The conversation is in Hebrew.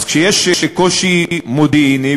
אז כשיש קושי מודיעיני,